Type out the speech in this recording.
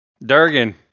Durgan